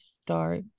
start